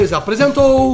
apresentou